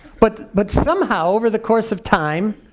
but but somehow, over the course of time,